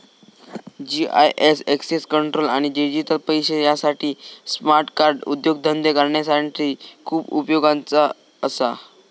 GIS access control आणि digital पैशे यासाठी स्मार्ट कार्ड उद्योगधंदे करणाऱ्यांसाठी खूप उपयोगाचा असा